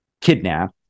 kidnap